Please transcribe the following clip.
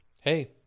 hey